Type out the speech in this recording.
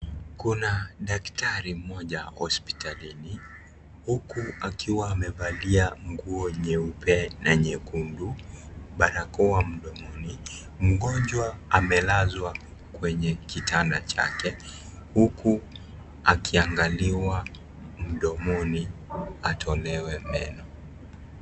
Kuna daktari mmoja hospitalini huku akiwa amevalia nguo nyeupe na nyekundu barakoa mdomoni, mgonjwa amelazwa kwenye kitanda chake huku akiangaliwa mdomoni atolewe meno.